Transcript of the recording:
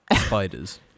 spiders